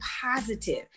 positive